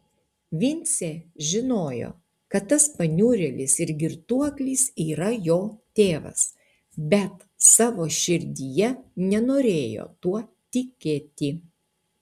vincė žinojo kad tas paniurėlis ir girtuoklis yra jo tėvas bet savo širdyje nenorėjo tuo tikėti